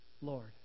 Lord